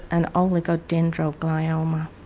an oligodendroglioma.